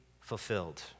fulfilled